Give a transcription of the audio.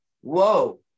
whoa